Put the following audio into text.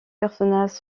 personnages